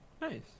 nice